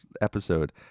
episode